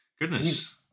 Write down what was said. Goodness